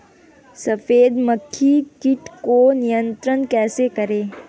सफेद मक्खी कीट को नियंत्रण कैसे करें?